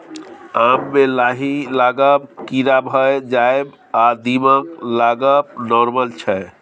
आम मे लाही लागब, कीरा भए जाएब आ दीमक लागब नार्मल छै